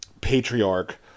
patriarch